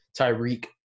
Tyreek